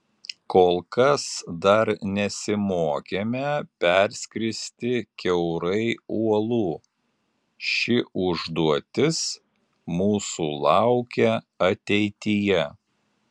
kol kas dar nesimokėme perskristi kiaurai uolų ši užduotis mūsų laukia ateityje